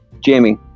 Jamie